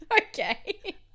okay